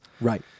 right